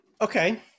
okay